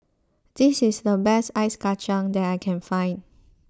this is the best Ice Kacang that I can find